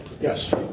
Yes